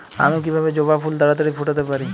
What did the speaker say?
আমি কিভাবে জবা ফুল তাড়াতাড়ি ফোটাতে পারি?